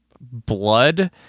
blood